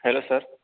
hello sir